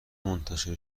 منتشر